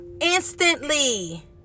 instantly